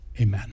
Amen